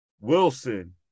Wilson